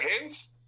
hands